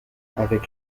avec